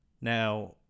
now